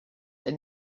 they